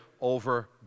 over